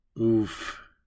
Oof